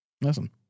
Listen